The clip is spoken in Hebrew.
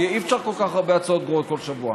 כי אי-אפשר כל כך הרבה הצעות גרועות כל שבוע.